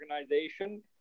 organization